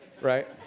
Right